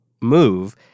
move